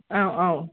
औ औ